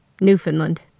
Newfoundland